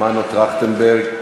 מנו טרכטנברג,